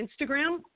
Instagram